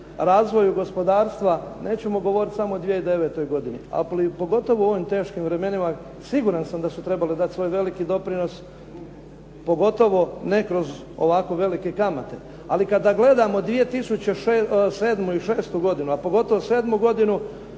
razvoju gospodarstva. Nećemo govoriti samo o 2009. godini. A pogotovo u ovim teškim vremenima, siguran sam da su trebali dati svoj veliki doprinos, pogotovo ne kroz ovako velike kamate. Ali kada gledamo 2007. i 2006. godinu, a pogotovo 2007. godinu,